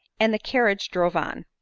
and the carriage drove on.